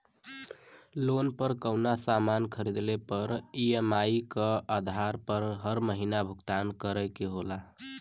loan पर कउनो सामान खरीदले पर ई.एम.आई क आधार पर हर महीना भुगतान करे के होला